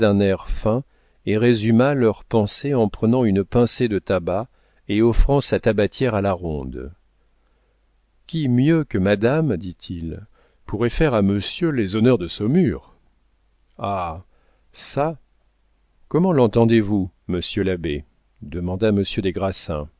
fin et résuma leurs pensées en prenant une pincée de tabac et offrant sa tabatière à la ronde qui mieux que madame dit-il pourrait faire à monsieur les honneurs de saumur ha çà comment l'entendez-vous monsieur l'abbé demanda monsieur des grassins